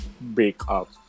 breakup